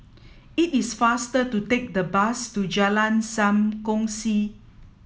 it is faster to take the bus to Jalan Sam Kongsi